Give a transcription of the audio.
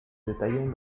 detallan